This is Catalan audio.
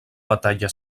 batalla